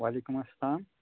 وعلیکُم اسلام